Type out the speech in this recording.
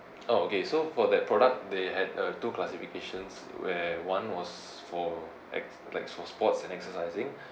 oh okay so for that product they had uh two classifications where one was for ex~ like for sports and exercising